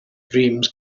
dreams